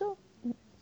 so um